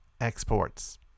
exports